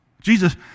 Jesus